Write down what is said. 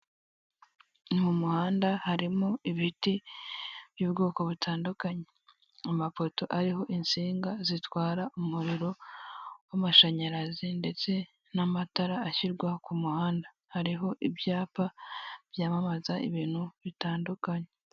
Mu muhanda harimo ibiti by'ubwoko butandukanye. Amapoto ariho insinga zitwara umuriro w'amashanyarazi, n'amatara ashyirwa ku muhanda. Hariho ibyapa byamamaza ibintu bitandukanye.